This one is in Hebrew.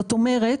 זאת אומרת,